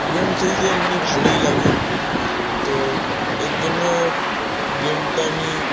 game খেলতে এমনি ভালোই লাগে তো এর জন্য গেমটা আমি